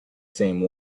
same